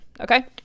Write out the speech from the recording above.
Okay